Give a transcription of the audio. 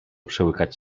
przełykać